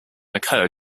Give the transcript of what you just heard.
occur